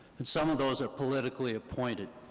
and some of those are politically appointed.